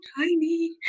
tiny